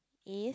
is